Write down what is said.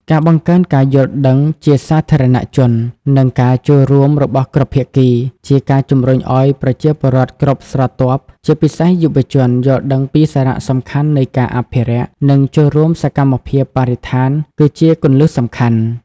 ការបង្កើនការយល់ដឹងជាសាធារណជន និងការចូលរួមរបស់គ្រប់ភាគី ជាការជំរុញឱ្យប្រជាពលរដ្ឋគ្រប់ស្រទាប់ ជាពិសេសយុវជន យល់ដឹងពីសារៈសំខាន់នៃការអភិរក្ស និងចូលរួមសកម្មភាពបរិស្ថាន គឺជាគន្លឹះសំខាន់។